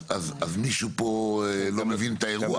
אז מישהו פה לא מבין את האירוע.